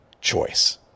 choice